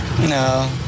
No